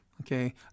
Okay